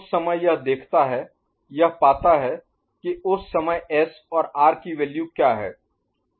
उस समय यह देखता है यह पाता है कि उस समय एस और आर की वैल्यू क्या है